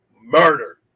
murder